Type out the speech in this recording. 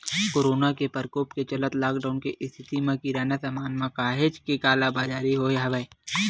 corona के परकोप के चलत लॉकडाउन के इस्थिति म किराना समान मन म काहेच के कालाबजारी होय हवय